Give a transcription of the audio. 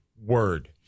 Word